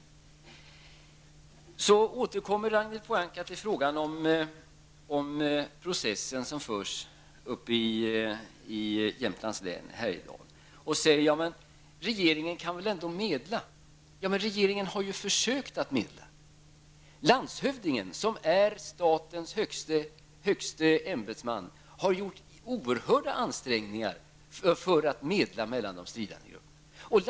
Ragnhild Pohanka återkommer till den process som förs uppe i Härjedalen. Hon säger att regeringen väl ändå kan medla. Men regeringen har ju försökt att medla. Landshövdingen i Jämtlands län, som är statens högste ämbetsman i länet, har gjort oerhörda ansträngningar för att medla mellan de stridande grupperna.